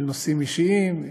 של נושאים אישיים,